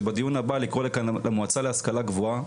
שבדיון הבא לקרוא לכאן את המועצה להשכלה גבוהה,